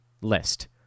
list